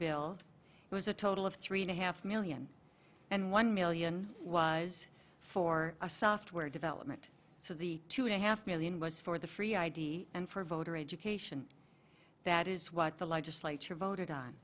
bill it was a total of three and a half million and one million was for a software development so the two and a half million was for the free id and for voter education that is what the legislature voted on